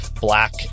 black